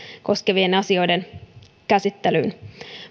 koskevien asioiden käsittelyyn